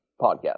podcast